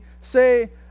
say